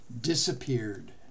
disappeared